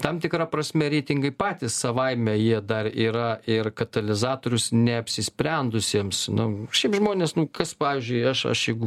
tam tikra prasme reitingai patys savaime jie dar yra ir katalizatorius neapsisprendusiems nu šiaip žmonės nu kas pavyzdžiui aš aš jeigu